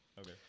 Okay